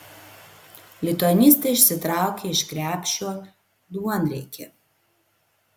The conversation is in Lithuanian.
lituanistė išsitraukė iš krepšio duonriekį